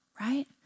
Right